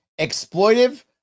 exploitive